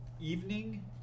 evening